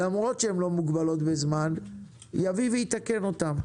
למרות שהן לא מוגבלות בזמן, יביא ויתקן אותן.